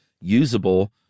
usable